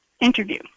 interview